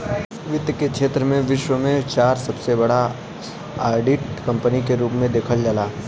वित्त के क्षेत्र में विश्व में चार सबसे बड़ा ऑडिट कंपनी के रूप में देखल जाला